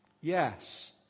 Yes